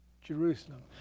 Jerusalem